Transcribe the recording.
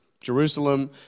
Jerusalem